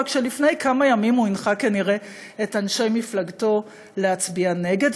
רק שלפני כמה ימים הוא הנחה כנראה את אנשי מפלגתו להצביע נגד,